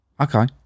Okay